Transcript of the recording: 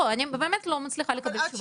לא, אני באמת לא מצליחה לקבל תשובה.